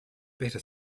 better